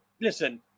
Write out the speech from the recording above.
Listen